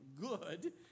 good